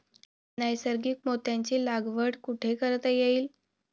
नैसर्गिक मोत्यांची लागवड कुठे करता येईल?